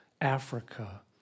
Africa